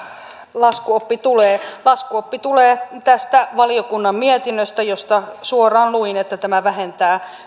laskuoppi tulee laskuoppi tulee tästä valiokunnan mietinnöstä josta suoraan luin että tämä vähentää